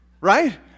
Right